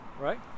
right